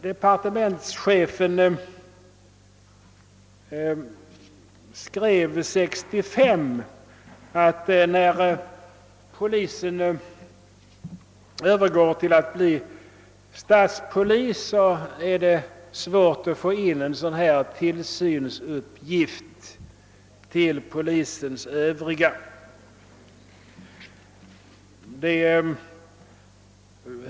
Departementschefen skrev 1965 att när polisen skulle övergå till att bli statspolis var det svårt att få med en sådan här tillsynsuppgift utöver polisens övriga uppgifter.